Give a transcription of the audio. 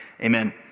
Amen